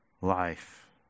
life